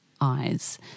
eyes